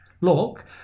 Look